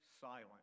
silent